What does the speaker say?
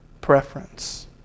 preference